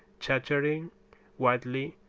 chattering wildly,